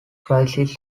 crisis